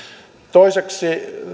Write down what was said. toiseksi